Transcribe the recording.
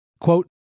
quote